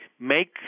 make